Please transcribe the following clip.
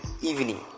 evening